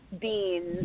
beans